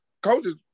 coaches